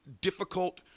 difficult